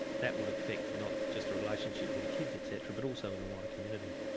that would affect not just the relationship with the kids, etc, but also in the wider community.